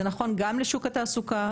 זה נכון גם לשוק התעסוקה,